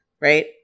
right